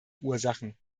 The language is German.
ursachen